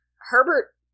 Herbert